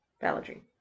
Balladry